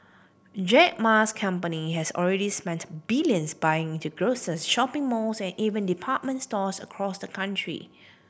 Jack Ma's company has already spent billions buying into grocers shopping malls and even department stores across the country